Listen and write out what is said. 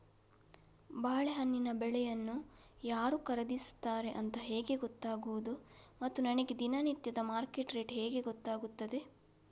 ಬಾಳೆಹಣ್ಣಿನ ಬೆಳೆಯನ್ನು ಯಾರು ಖರೀದಿಸುತ್ತಾರೆ ಅಂತ ಹೇಗೆ ಗೊತ್ತಾಗುವುದು ಮತ್ತು ನನಗೆ ದಿನನಿತ್ಯದ ಮಾರ್ಕೆಟ್ ರೇಟ್ ಹೇಗೆ ಗೊತ್ತಾಗುತ್ತದೆ?